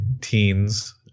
teens